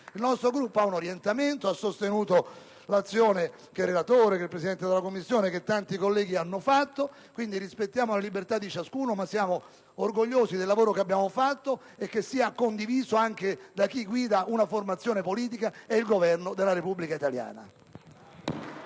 Il nostro Gruppo, però, ha un orientamento, ha sostenuto l'azione del relatore, del Presidente della Commissione e di tanti colleghi. Quindi, rispettiamo la libertà di ciascuno, ma siamo orgogliosi del lavoro svolto e del fatto che sia condiviso anche da chi guida una formazione politica e il Governo della Repubblica italiana.